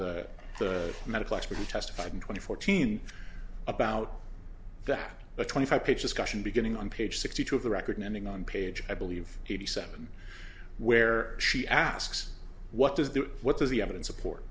the medical expert who testified in twenty fourteen about that the twenty five pages question beginning on page sixty two of the record ending on page i believe eighty seven where she asks what does the what does the evidence support